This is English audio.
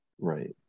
Right